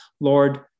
Lord